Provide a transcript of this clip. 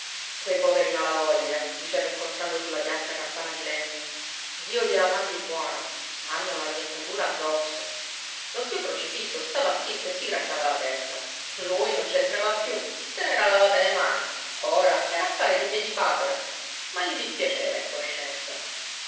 quei poveri malavoglia diceva incontrando sulla piazza campana di legno dio gliela mandi buona hanno la iettatura addosso lo zio crocifisso stava zitto e si grattava la testa lui non c'entrava più se n'era lavate le mani ora era affare di piedipapera ma gli dispiaceva in coscienza